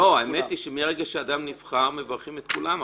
האמת היא שמרגע שאדם נבחר, מברכים את כולם.